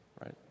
right